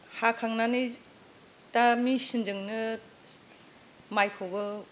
हाखांनानै दा मेसिनजोंनो माइखौबो